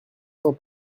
sans